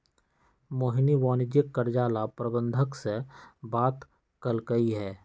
मोहिनी वाणिज्यिक कर्जा ला प्रबंधक से बात कलकई ह